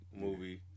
movie